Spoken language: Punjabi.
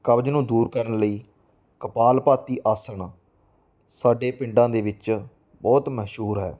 ਕਬਜ਼ ਨੂੰ ਦੂਰ ਕਰਨ ਲਈ ਕਪਾਲਭਾਤੀ ਆਸਣ ਸਾਡੇ ਪਿੰਡਾਂ ਦੇ ਵਿੱਚ ਬਹੁਤ ਮਸ਼ਹੂਰ ਹੈ